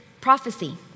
prophecy